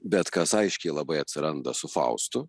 bet kas aiškiai labai atsiranda su faustu